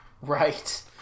Right